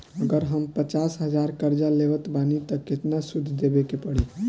अगर हम पचास हज़ार कर्जा लेवत बानी त केतना सूद देवे के पड़ी?